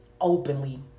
openly